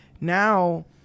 now